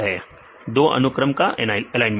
विद्यार्थी दो अनुक्रम का एलाइनमेंट